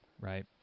Right